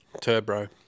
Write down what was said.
Turbo